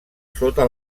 sota